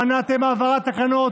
מנעתם העברת תקנות